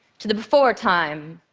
to the before time,